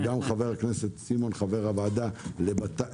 וגם לחבר הכנסת סימון, חבר הוועדה לביטחון לאומי.